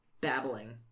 babbling